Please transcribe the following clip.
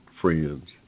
friends